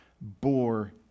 bore